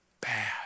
bad